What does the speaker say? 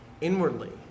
Inwardly